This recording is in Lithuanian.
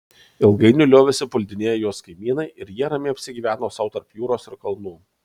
ilgainiui liovėsi puldinėję juos kaimynai ir jie ramiai apsigyveno sau tarp jūros ir kalnų